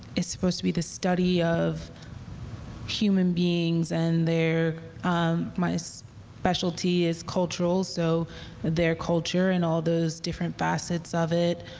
it's supposed to be the study of human beings and my so specialty is cultural so their culture and all those different facets of it.